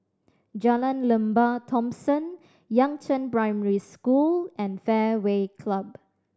Jalan Lembah Thomson Yangzheng Primary School and Fairway Club